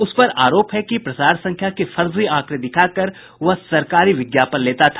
उस पर आरोप है कि प्रसार संख्या के फर्जी आंकड़ें दिखाकर वह सरकारी विज्ञापन लेता था